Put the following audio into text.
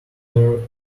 door